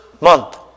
month